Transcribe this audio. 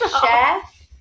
chef